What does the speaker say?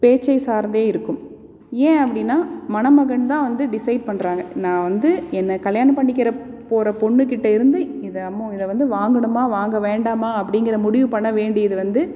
பேச்சை சார்ந்தே இருக்கும் ஏன் அப்படினா மணமகன் தான் வந்து டிசைட் பண்றாங்க நான் வந்து என்னை கல்யாணம் பண்ணிக்கிறப் போகிற பொண்ணுக்கிட்ட இருந்து இதை நம்ம இதை வந்து வாங்கணுமா வாங்க வேண்டாமா அப்படிங்கிற முடிவு பண்ண வேண்டியது வந்து